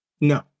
No